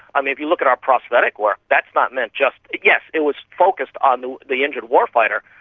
i mean, if you look at our prosthetic work, that's not meant just, yes, it was focused on the the injured war fighter,